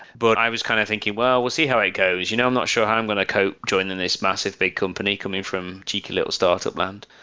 but i was kind of thinking, well, we'll see how it goes. you know i'm not sure how i'm going to cope joining this massive big company coming from cheeky little startup land.